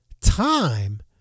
time